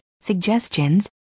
suggestions